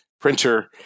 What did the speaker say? printer